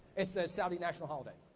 it's the saudi national holiday.